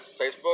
Facebook